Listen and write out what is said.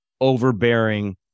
overbearing